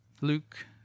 Luke